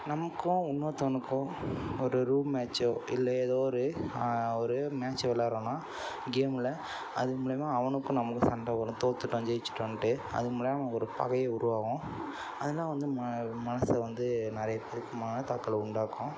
நமக்கும் இன்னொருத்தவருக்கும் ஒரு ரூம் மேட்ச்சோ இல்லை ஏதோ ஒரு ஒரே ஒரு மேட்ச் விளாடுறோன்னா கேமில் அது மூலியமாக அவனுக்கும் நம்மளுக்கும் சண்டை வரும் தோத்துவிட்டோம் ஜெய்ச்சிட்டோன்ட்டு அது மூலியமாக ஒரு பகையே உருவாகும் அதலாம் வந்து மனசில் வந்து நிறைய மனதாக்கலை உண்டாக்கும்